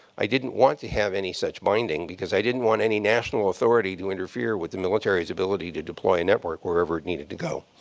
i didn't want to have any such binding, because i didn't want any national authority to interfere with the military's ability to deploy a network wherever it needed to go.